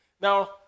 Now